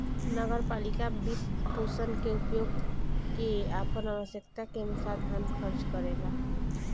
नगर पालिका वित्तपोषण के उपयोग क के आपन आवश्यकता के अनुसार धन खर्च करेला